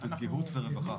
את גהות ורווחה.